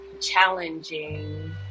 challenging